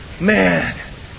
man